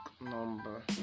number